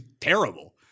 terrible